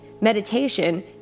Meditation